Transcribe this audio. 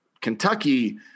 Kentucky